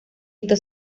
esto